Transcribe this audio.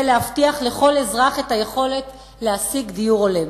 להבטיח לכל אזרח את היכולת להשיג דיור הולם.